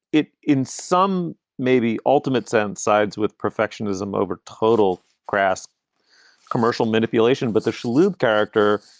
it in some maybe ultimate sense, sides with perfectionism over total crass commercial manipulation but the shalluf character,